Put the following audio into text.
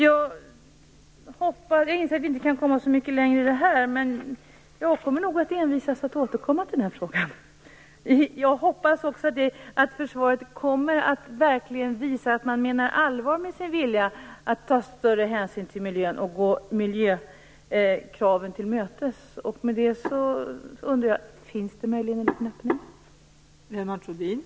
Jag inser att vi inte kan komma så mycket längre med det här, men jag kommer nog att envisas med att återkomma till denna fråga. Jag hoppas att försvaret kommer att verkligen visa att man menar allvar med sin vilja att ta större hänsyn till miljön och gå miljökraven till mötes. Med det undrar jag: Finns det möjligen en liten öppning?